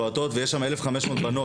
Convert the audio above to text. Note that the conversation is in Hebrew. ויש שם 1,500 בנות,